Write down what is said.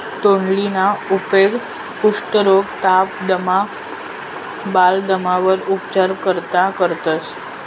तोंडलीना उपेग कुष्ठरोग, ताप, दमा, बालदमावर उपचार करता करतंस